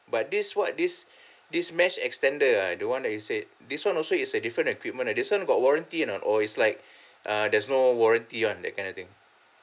but this what this this mesh extender ah the one that you said this one also is a different equipment ah this one got warranty or not or is like uh there's no warranty [one] that kind of thing